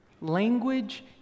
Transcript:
Language